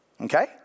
okay